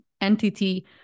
entity